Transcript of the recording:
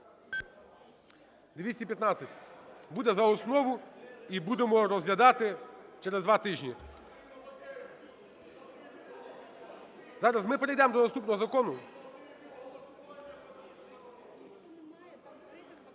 За-214 Буде – за основу, і будемо розглядати через два тижні. Зараз ми перейдемо до наступного закону.